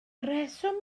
rheswm